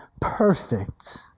perfect